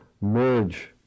merge